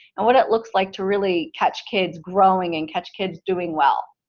and what it looks like to really catch kids growing, and catch kids doing well.